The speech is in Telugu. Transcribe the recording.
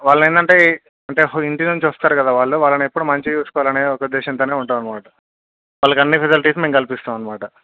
వాళ్ళు ఏమిటి అంటే అంటే ఇంటి నుంచి వస్తారు కదా వాళ్ళు వాళ్ళని ఎప్పుడు మంచిగ చూసుకోవాలనే ఒక ఉద్దేశంతోనే ఉంటాము అన్నమాట వాళ్ళకు అన్నీ ఫెసిలిటీస్ మేము కల్పిస్తాము అన్నమట